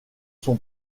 sont